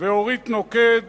אורית נוקד